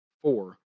four